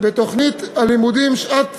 בתוכנית הלימודים שעת